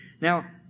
Now